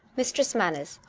mis tress manners,